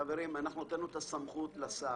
חברים, נתנו את הסמכות לשר.